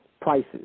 prices